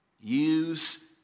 use